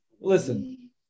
Listen